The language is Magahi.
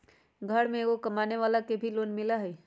घर में एगो कमानेवाला के भी लोन मिलहई?